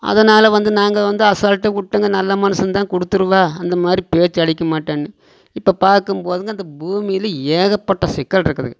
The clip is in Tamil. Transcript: அதனால் வந்து நாங்கள் வந்து அசால்ட்டாக விட்டோங்க நல்ல மனுசந்தான் கொடுத்துருவா அந்தமாதிரி பேச்சை அழிக்கமாட்டானு இப்ப பார்க்கும்போதுங்க இந்த பூமியில் ஏகப்பட்ட சிக்கல் இருக்குது